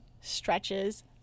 stretches